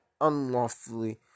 unlawfully